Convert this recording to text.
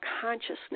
consciousness